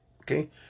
Okay